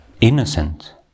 innocent